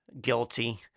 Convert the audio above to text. guilty